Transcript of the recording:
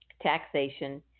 taxation